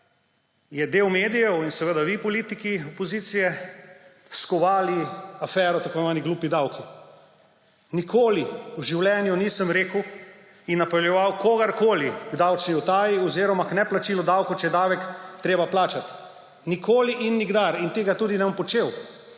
je del medijev in seveda vi, politiki opozicije, skovali tako imenovano afero »glupi davki«. Nikoli v življenju nisem rekel in napeljeval kogarkoli k davčni utaji oziroma k neplačilu davka, če je davek treba plačati. Nikoli in nikdar! In tega tudi ne bom počel.